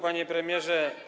Panie Premierze!